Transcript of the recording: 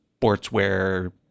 sportswear